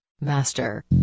Master